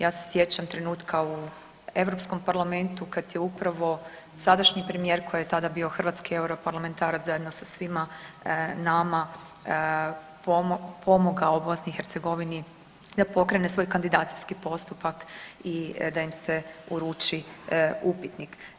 Ja se sjećam trenutka u Europskom parlamentu kad je upravo sadašnji premijer koji je tada bio hrvatski europarlamentarac zajedno sa svima nama pomogao BiH da pokrene svoj kandidacijski postupak i da im se uruči upitnik.